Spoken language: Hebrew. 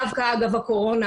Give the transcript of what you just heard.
דווקא בזמן הקורונה,